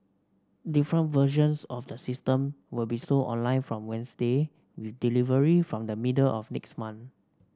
different versions of the system will be sold online from Wednesday with delivery from the middle of next month